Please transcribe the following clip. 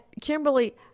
Kimberly